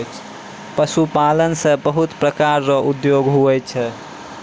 पशुपालन से बहुत प्रकार रो उद्योग हुवै छै